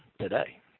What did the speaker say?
today